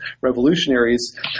revolutionaries